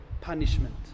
punishment